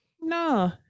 No